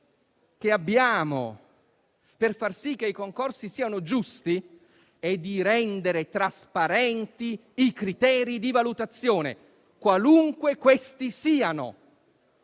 che abbiamo per far sì che i concorsi siano giusti è rendere trasparenti i criteri di valutazione, qualunque essi siano.